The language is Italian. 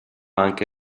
anche